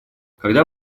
когда